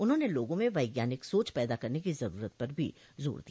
उन्होंने लोगों में वैज्ञानिक सोच पैदा करने की जरूरत पर भी जोर दिया